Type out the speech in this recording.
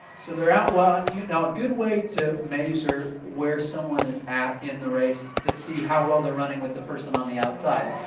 so they're out well, and you know a good way to measure where someone is at in the race to see how well they're running with the person on the outside,